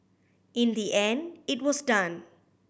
in the end it was done